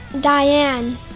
Diane